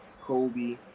Kobe